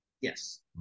Yes